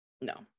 No